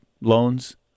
loans